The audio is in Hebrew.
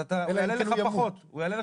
הוא יעלה לך פחות.